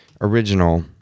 original